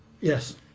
Yes